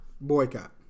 Boycott